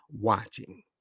watching